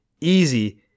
easy